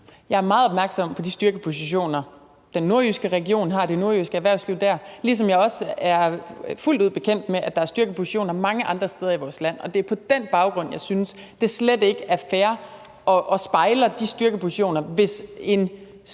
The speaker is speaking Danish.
Jeg er meget opmærksom på de styrkepositioner, den nordjyske region har og det nordjyske erhvervsliv dér, ligesom jeg også er fuldt ud bekendt med, at der er styrkepositioner mange andre steder i vores land. Og det er på dén baggrund, jeg synes, at det slet ikke er fair og spejler de styrkepositioner, hvis størstedelen,